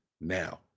now